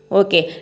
okay